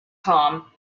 com